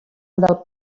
del